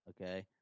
okay